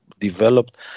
Developed